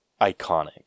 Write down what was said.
iconic